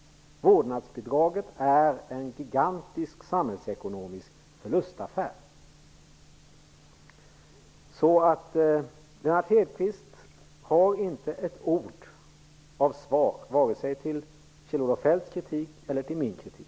Vårdnadsbidraget är en gigantisk samhällsekonomisk förlustaffär. Lennart Hedquist har inte ett ord till svar till vare sig Kjell-Olof Feldts eller min kritik.